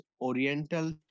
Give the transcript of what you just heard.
oriental